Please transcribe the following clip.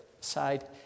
side